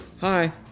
hi